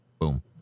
Boom